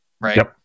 right